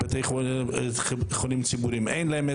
ולבתי חולים ציבוריים אין.